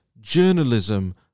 journalism